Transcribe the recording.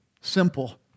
simple